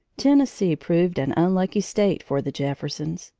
tennessee proved an unlucky state for the jeffersons.